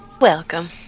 Welcome